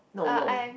no no